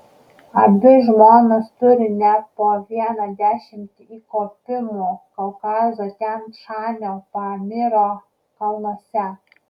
abi žmonos turi ne po vieną dešimtį įkopimų kaukazo tian šanio pamyro kalnuose